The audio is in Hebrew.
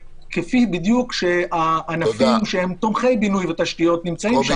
בדיוק כפי שהענפים שהם תומכי בינוי ותשתיות נמצאים שמה.